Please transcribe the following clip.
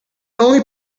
only